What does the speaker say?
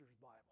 Bible